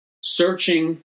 searching